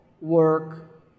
work